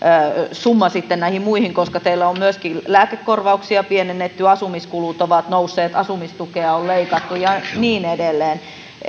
summa sitten suurempi koska teillä on myöskin lääkekorvauksia pienennetty asumiskulut ovat nousseet asumistukea on leikattu ja niin edelleen